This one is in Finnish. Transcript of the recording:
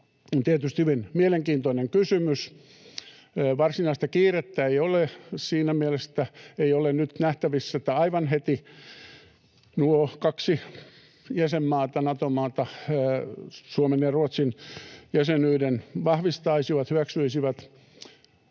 tietysti hyvin mielenkiintoinen kysymys. Varsinaista kiirettä ei ole siinä mielessä, että ei ole nyt nähtävissä, että aivan heti nuo kaksi Nato-maata Suomen ja Ruotsin jäsenyyden hyväksyisivät.